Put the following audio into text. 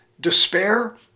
despair—